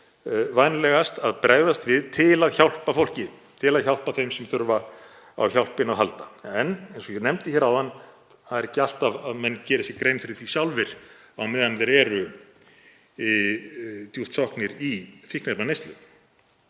hvernig vænlegast er að bregðast við til að hjálpa fólki, til að hjálpa þeim sem þurfa á hjálpinni að halda. En eins og ég nefndi áðan er ekki alltaf svo að menn geri sér grein fyrir því sjálfir á meðan þeir eru djúpt sokknir í fíkniefnaneyslu,